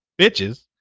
Bitches